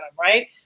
right